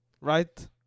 right